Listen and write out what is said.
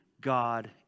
God